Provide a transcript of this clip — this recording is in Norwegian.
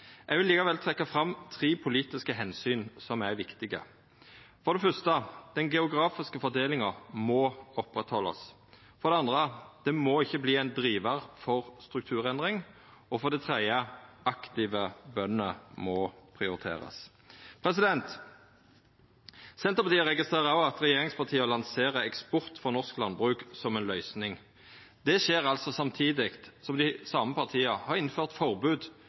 Eg vil likevel trekkja fram tre politiske omsyn som er viktige: Den geografiske fordelinga må haldast oppe. Det må ikkje verta ein drivar for strukturendring. Aktive bønder må verta prioriterte. Senterpartiet registrerer òg at regjeringspartia lanserer eksport for norsk landbruk som ei løysing. Det skjer samtidig som dei same partia har innført forbod